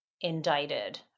indicted